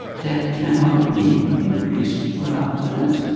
debt cannot be increased without limit,